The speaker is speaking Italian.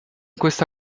questa